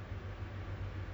your boyfriend what race